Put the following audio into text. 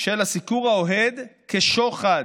של הסיקור האוהד כשוחד.